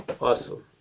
awesome